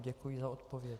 Děkuji za odpověď.